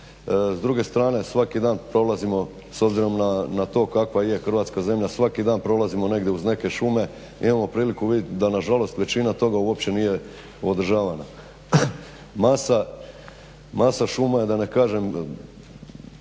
S druge strane svaki dan prolazimo s obzirom na to kakva je Hrvatska zemlja. Svaki dan prolazimo negdje uz neke šume. Imamo priliku vidjeti da nažalost većina toga uopće nije održavana. Masa šuma je da ne kažem,